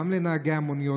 גם לנהגי המוניות,